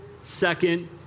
second